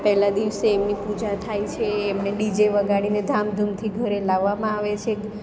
પહેલાં દિવસે એમની પૂજા થાય છે એમને ડીજે વગાડીને ધામધૂમથી ઘરે લાવવામાં આવે છે